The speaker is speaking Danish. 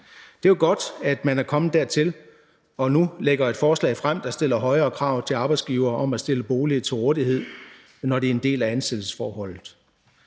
Det er jo godt, at man er kommet dertil og nu lægger et forslag frem, der stiller højere krav til arbejdsgivere om at stille boliger til rådighed, når det er en del af ansættelsesforholdet.